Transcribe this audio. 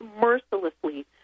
mercilessly